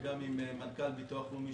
וגם עם מנכ"ל הביטוח הלאומי,